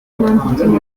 obamacare